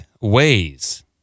Ways